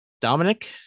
dominic